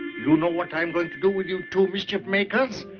you know what i'm going to do with you two mischief makers?